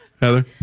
Heather